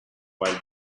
while